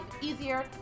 easier